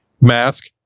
mask